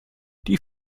die